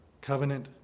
covenant